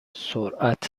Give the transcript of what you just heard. سرعت